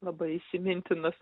labai įsimintinas